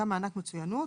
גם מענק מצוינות,